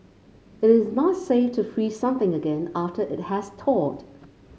it is not safe to freeze something again after it has thawed